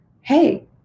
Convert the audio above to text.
hey